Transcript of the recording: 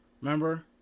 Remember